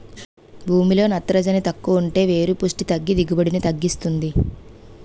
భూమిలో నత్రజని తక్కువుంటే వేరు పుస్టి తగ్గి దిగుబడిని తగ్గిస్తుంది